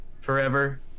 forever